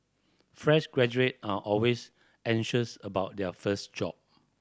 fresh graduate are always anxious about their first job